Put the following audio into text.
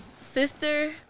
Sister